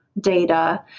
data